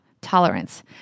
tolerance